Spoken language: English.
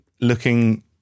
looking